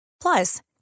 Plus